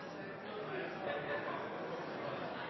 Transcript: med